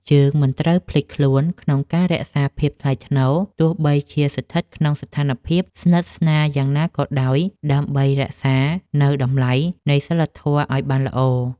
យើងមិនត្រូវភ្លេចខ្លួនក្នុងការរក្សាភាពថ្លៃថ្នូរទោះបីជាស្ថិតក្នុងស្ថានភាពស្និទ្ធស្នាលយ៉ាងណាក៏ដោយ ដើម្បី រក្សានូវតម្លៃនៃសីលធម៌ឱ្យបានល្អ។